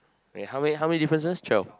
wait how many how many differences twelve